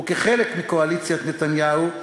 וכחלק מקואליציית נתניהו,